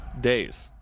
days